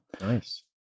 Nice